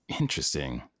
Interesting